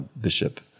Bishop